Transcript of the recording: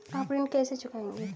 आप ऋण कैसे चुकाएंगे?